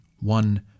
One